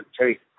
take